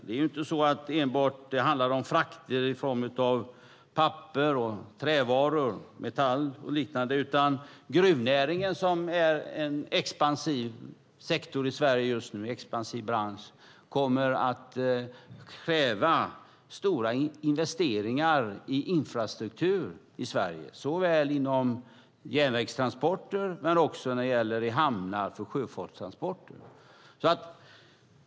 Det är inte så att det enbart handlar om frakter i form av papper och trävaror, metall och liknande, utan gruvnäringen, som är en expansiv bransch i Sverige just nu, kommer att kräva stora investeringar i infrastruktur såväl inom järnvägstransporter som när det gäller hamnar för sjöfartstransporter.